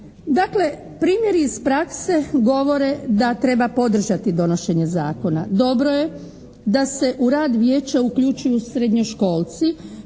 Dakle, primjeri iz prakse govore da treba podržati donošenje zakona. Dobro je da se u rad Vijeća uključuju srednjoškolci